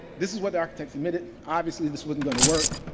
this is what the architect admitted. obviously, this wasn't going to work.